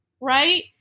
right